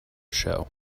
show